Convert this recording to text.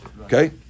Okay